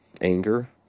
anger